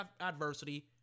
adversity